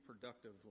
productive